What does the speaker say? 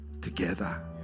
together